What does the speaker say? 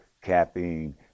caffeine